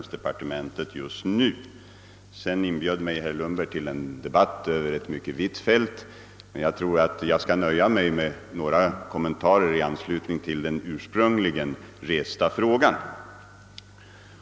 Sedan inbjöd herr Lundberg mig till debatt över ett mycket vitt fält, men jag skall nöja mig med några kommentarer i anslutning till den ursprungligen resta frågan.